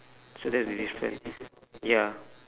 so that's the difference ya